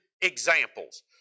examples